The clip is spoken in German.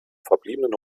verbliebenen